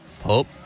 Pope